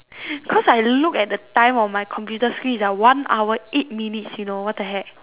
cause I look at the time on my computer screen is like one hour eight minutes you know what the heck